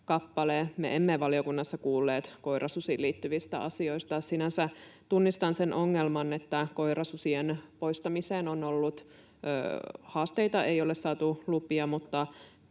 kappale. Me emme valiokunnassa kuulleet koirasusiin liittyvistä asioista. Sinänsä tunnistan sen ongelman, että koirasusien poistamiseen on ollut haasteita, ei ole saatu lupia, mutta